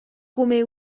come